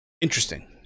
Interesting